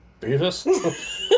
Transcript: Beavis